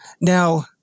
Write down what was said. Now